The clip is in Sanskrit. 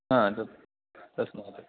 हा सत् तत् महोदय